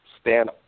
stand